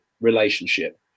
relationship